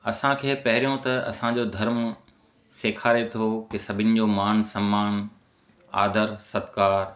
असांखे पहिरियों त असांजो धर्म सेखारे थो कि सभिनी जो मान सम्मान आदर सत्कार